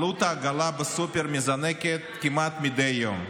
עלות העגלה בסופר מזנקת כמעט מדי יום.